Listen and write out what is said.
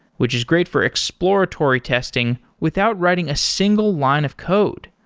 which is great for exploratory testing without writing a single line of code.